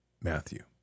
Matthew